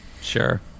sure